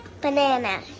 Banana